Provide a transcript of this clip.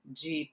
de